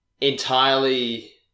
entirely